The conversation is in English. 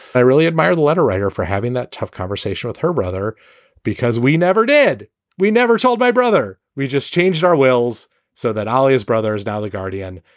i really admire the letter writer for having that tough conversation with her brother because we never did we never told my brother. we just changed our wills so that ali's brother is now the guardian.